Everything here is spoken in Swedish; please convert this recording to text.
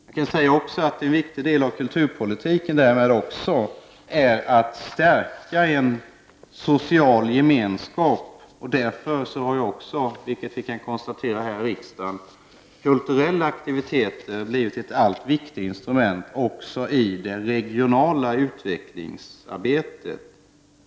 Jag kan säga att en viktig del av kulturpolitken därmed är att stärka social gemenskap. Därför har också, vilket vi kan konstatera i riksdagen, kultu rella aktiviteter blivit ett allt viktigare instrument i det regionala utvecklingsarbetet.